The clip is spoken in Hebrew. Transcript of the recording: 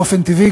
באופן טבעי,